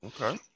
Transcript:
Okay